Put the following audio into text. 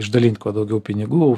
išdalint kuo daugiau pinigų